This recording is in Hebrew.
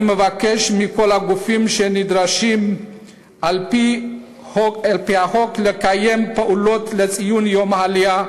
אני מבקש מכל הגופים שנדרשים על-פי החוק לקיים פעולות לציון יום העלייה,